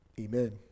Amen